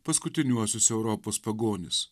paskutiniuosius europos pagonis